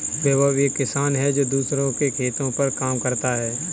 विभव एक किसान है जो दूसरों के खेतो पर काम करता है